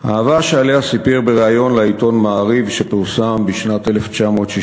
אהבה שעליה סיפר בריאיון לעיתון "מעריב" שפורסם ב-1967,